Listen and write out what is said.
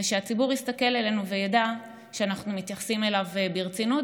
שהציבור יסתכל עלינו וידע שאנחנו מתייחסים אליו ברצינות.